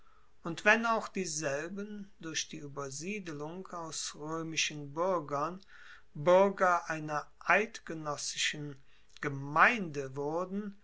und wenn auch dieselben durch die uebersiedelung aus roemischen buergern buerger einer eidgenoessischen gemeinde wurden